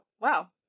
wow